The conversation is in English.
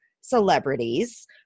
celebrities